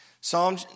Psalm